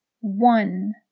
one